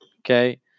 okay